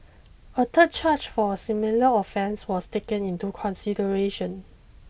a third charge for a similar offence was taken into consideration